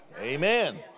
Amen